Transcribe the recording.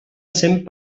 cent